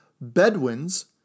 Bedouins